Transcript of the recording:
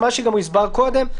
זה מה שכבר הוסבר קודם.